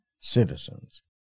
citizens